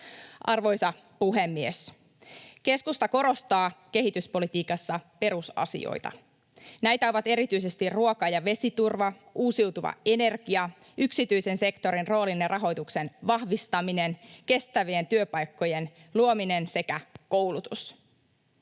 Arvoisa puhemies! Keskusta korostaa kehityspolitiikassa perusasioita. Näitä ovat erityisesti ruoka- ja vesiturva, uusiutuva energia, yksityisen sektorin roolin ja rahoituksen vahvistaminen, kestävien työpaikkojen luominen sekä koulutus.